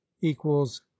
equals